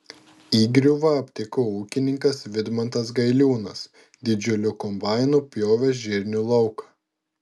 įgriuvą aptiko ūkininkas vidmantas gailiūnas didžiuliu kombainu pjovęs žirnių lauką